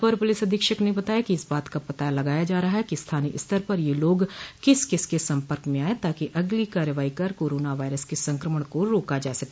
अपर पुलिस अधीक्षक ने बताया कि इस बात का पता लगाया जा रहा है कि स्थानीय स्तर पर यह लोग किस किस के सम्पर्क में आये ताकि अगली कार्रवाई कर कोरोना वायरस के संक्रमण को रोका जा सके